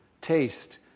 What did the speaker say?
Taste